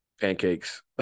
pancakes